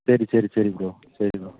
சரி சரி சரி ப்ரோ சரி ப்ரோ